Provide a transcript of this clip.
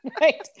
right